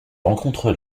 rencontres